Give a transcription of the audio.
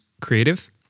creative